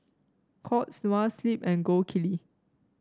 Courts Noa Sleep and Gold Kili